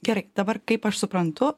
gerai dabar kaip aš suprantu